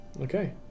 Okay